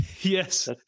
Yes